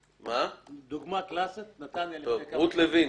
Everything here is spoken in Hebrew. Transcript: דוגמה קלאסית נתניה לפני כמה שנים.